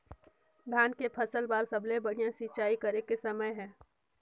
धान के फसल बार सबले बढ़िया सिंचाई करे के समय हे?